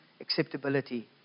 acceptability